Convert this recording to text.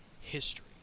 history